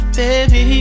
baby